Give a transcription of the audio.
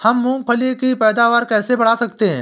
हम मूंगफली की पैदावार कैसे बढ़ा सकते हैं?